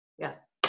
Yes